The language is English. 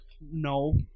No